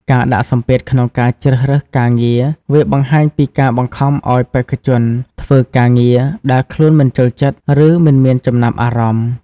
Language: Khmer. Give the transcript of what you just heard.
ការដាក់សម្ពាធក្នុងការជ្រើសរើសការងារវាបង្ហាញពីការបង្ខំឲ្យបេក្ខជនធ្វើការងារដែលខ្លួនមិនចូលចិត្ត ឬមិនមានចំណាប់អារម្មណ៍។